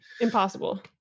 Impossible